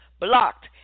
blocked